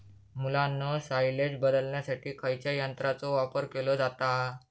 मुलांनो सायलेज बदलण्यासाठी खयच्या यंत्राचो वापर केलो जाता?